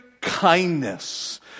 kindness